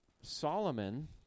Solomon